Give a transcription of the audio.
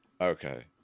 Okay